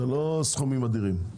זה לא סכומים אדירים.